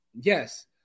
Yes